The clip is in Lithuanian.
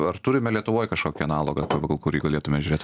ar turime lietuvoj kažkokį analogą pagal kurį galėtume žiūrėt